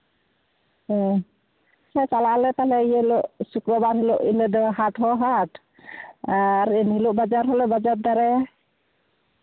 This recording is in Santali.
ᱦᱮᱸ ᱪᱟᱞᱟᱜ ᱟᱞᱮ ᱛᱟᱦᱞᱮ ᱤᱭᱟᱹ ᱦᱤᱞᱳᱜ ᱥᱩᱠᱨᱳᱵᱟᱨ ᱦᱤᱞᱳᱜ ᱤᱱᱟᱹ ᱫᱚ ᱦᱟᱴ ᱦᱚᱸ ᱦᱟᱴ ᱟᱨ ᱮᱱᱦᱤᱞᱳᱜ ᱵᱟᱡᱟᱨ ᱦᱚᱸᱞᱮ ᱵᱟᱡᱟᱨ ᱫᱟᱨᱟᱭᱟ